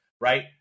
right